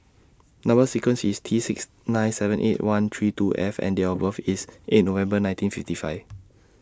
Number sequence IS T six nine seven eight one three two F and Date of birth IS eight November nineteen fifty five